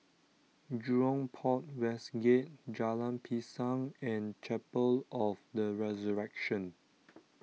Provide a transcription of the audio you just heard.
Jurong Port West Gate Jalan Pisang and Chapel of the Resurrection